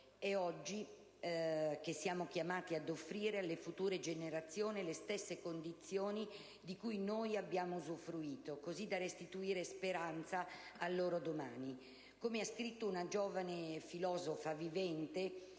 Oggi siamo chiamati ad offrire alle future generazioni le stesse condizioni di cui noi abbiamo usufruito, per restituire la speranza per il loro domani. Come ha scritto una giovane filosofa vivente,